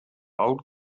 old